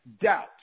doubt